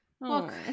look